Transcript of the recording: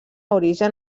origen